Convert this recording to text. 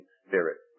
spirit